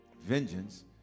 Vengeance